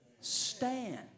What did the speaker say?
stand